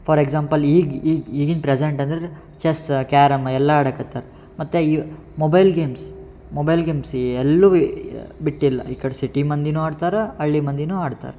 for example ಈಗ ಈಗ ಈಗಿನ ಪ್ರೆಸೆಂಟ್ ಅಂದ್ರೆ ಚೆಸ್ಸ ಕ್ಯಾರಮ್ ಎಲ್ಲ ಆಡಕತ್ತಾರೆ ಮತ್ತು ಈ ಮೊಬೈಲ್ ಗೇಮ್ಸ್ ಮೊಬೈಲ್ ಗೇಮ್ಸ್ ಎಲ್ಲೂ ಬಿಟ್ಟಿಲ್ಲ ಈ ಕಡೆ ಸಿಟಿ ಮಂದಿಯೂ ಆಡ್ತಾರೆ ಹಳ್ಳಿ ಮಂದಿಯೂ ಆಡ್ತಾರೆ